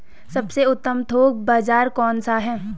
सबसे उत्तम थोक बाज़ार कौन सा है?